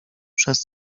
przez